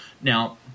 Now